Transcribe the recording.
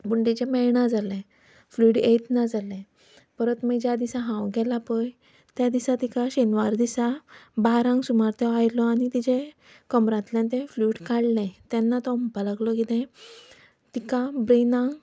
पूण तिचें मेळना जालें फ्लुइड येच ना जालें परत मागीर ज्या दिसा हांव गेलां पय त्या दिसा तिका शेनवार दिसा बारांक सुमार तो आयलो आनी तिचे कमरांतल्यान तें फ्लुइड काडलें तेन्ना तो म्हणपाक लागलो की तें तिका ब्रेनाक